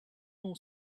more